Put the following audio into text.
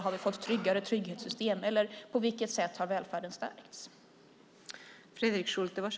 Har vi fått tryggare trygghetssystem, eller på vilket sätt har välfärden stärkts?